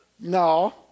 No